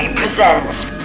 presents